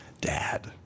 Dad